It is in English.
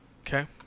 Okay